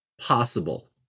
possible